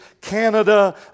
Canada